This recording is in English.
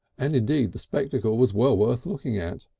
and indeed the spectacle was well worth looking at.